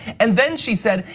and then she said,